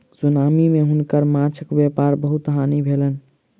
tsunami मे हुनकर माँछक व्यापारक बहुत हानि भेलैन